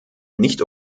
nicht